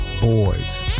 boys